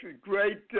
great